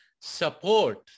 support